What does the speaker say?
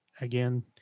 again